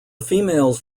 females